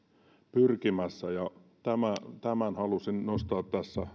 pyrkimässä tämän halusin nostaa